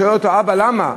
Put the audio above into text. שאל אותו: אבא, למה?